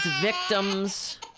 victims